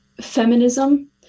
feminism